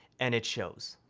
and it shows.